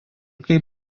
kaip